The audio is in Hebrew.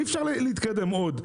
אי-אפשר להתקדם עוד.